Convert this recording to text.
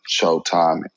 showtime